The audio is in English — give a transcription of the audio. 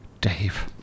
Dave